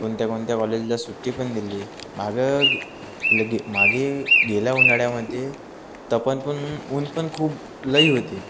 कोणत्या कोणत्या कॉलेजला सुट्टी पण दिली मागं गे मागे गेल्या उन्हाळ्यामध्ये तपन पण ऊन पण खूप लई होते